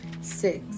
Six